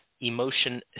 emotion